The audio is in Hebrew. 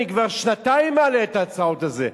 אני כבר שנתיים מעלה את ההצעות האלה,